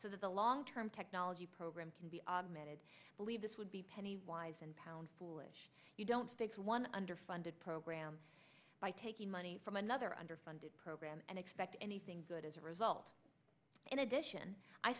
so that the long term technology program can be augmented believe this would be pennywise and pound foolish you don't fix one underfunded program by taking money from another underfunded program and expect anything good as a result in addition i